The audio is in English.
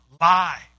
lie